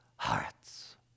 hearts